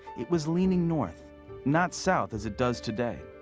it was leaning north not south as it does today.